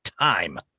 time